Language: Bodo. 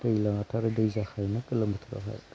दैज्लाङावथ' आरो दै जाखायोना गोलोम बोथोरावहाय